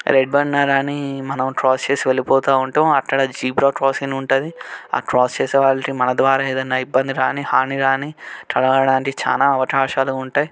red పడినా కానీ మనం క్రాస్ చేసి వెళ్ళిపోతూ ఉంటాము అక్కడ జీబ్రా క్రాసింగ్ ఉంటుంది క్రాస్ చేసే వాళ్ళకి మన ద్వారా ఏమైనా ఇబ్బంది కానీ హాని కానీ కలగడానికి చాలా అవకాశాలు ఉంటాయి